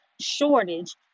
shortage